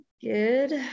Good